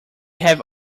have